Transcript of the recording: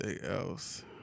else